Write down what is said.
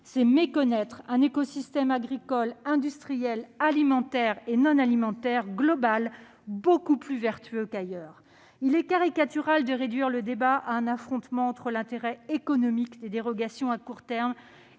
c'est méconnaître un écosystème agricole industriel, alimentaire et non alimentaire global beaucoup plus vertueux qu'ailleurs. Il est caricatural de réduire le débat à un affrontement entre l'intérêt économique des dérogations à court terme